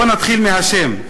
בואו נתחיל מהשם.